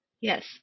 Yes